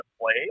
play